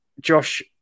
Josh